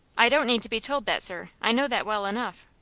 i don't need to be told that, sir. i know that well enough.